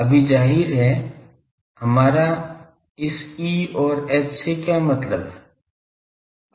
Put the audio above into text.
अभी जाहिर है हमारा इस E और H से क्या मतलब है